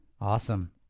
Awesome